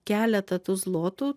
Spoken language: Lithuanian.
keletą tų zlotų